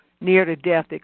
near-to-death